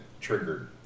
triggered